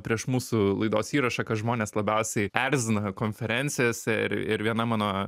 prieš mūsų laidos įrašą kas žmonės labiausiai erzina konferencijose ir ir viena mano